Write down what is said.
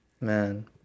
Man